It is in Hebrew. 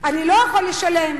אני לא יכול לשלם,